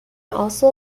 also